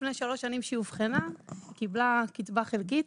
לפני שלוש שנים כשהיא אובחנה היא קיבלה קצבה חלקית,